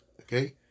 Okay